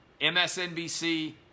MSNBC